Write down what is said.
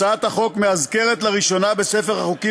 הצעת החוק מאזכרת לראשונה בספר החוקים